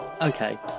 Okay